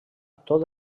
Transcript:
tot